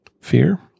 Fear